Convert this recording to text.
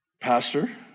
Pastor